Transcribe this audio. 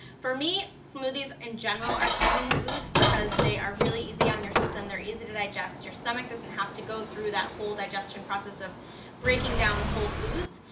for me, smoothies, in general, are slimming foods because they are really easy on your system, they're easy to digest, your stomach doesn't have to go through that whole digestion process of breaking down whole foods,